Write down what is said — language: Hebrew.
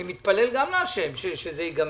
אי גם מתפלל להשם שייגמר,